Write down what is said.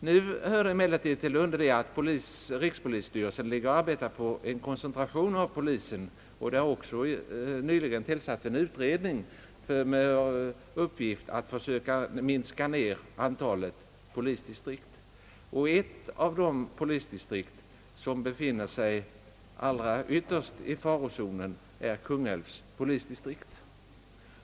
Nu hör emellertid till saken att rikspolisstyrelsen arbetar på en koncentration av polisen, och det har också nyligen tillsatts en utredning med uppgift att försöka minska antalet polisdistrikt. Ett av de polisdistrikt som allra mest befinner sig i farozonen är Kungälvs polisdistrikt.